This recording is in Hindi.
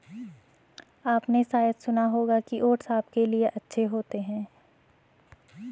आपने शायद सुना होगा कि ओट्स आपके लिए अच्छे होते हैं